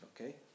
okay